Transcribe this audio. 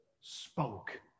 spoke